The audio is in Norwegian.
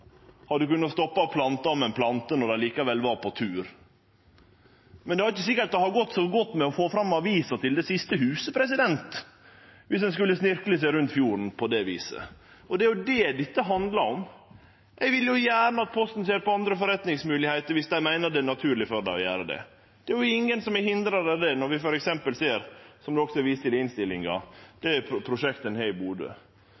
stoppa og planta om ein plante når ein likevel var på tur, men det er ikkje sikkert det hadde gått så godt med å få fram avisa til det siste huset – viss ein skulle snirkle seg rundt fjorden på det viset. Og det er det dette handlar om. Eg vil gjerne at Posten ser på andre forretningsmoglegheiter, om dei meiner det er naturleg for dei å gjere det. Det er jo ingen som har hindra dei i det – det ser vi f.eks. av det prosjektet ein har i Bodø, som det også